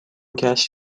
کشف